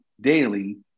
daily